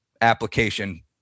application